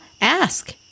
ask